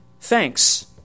thanks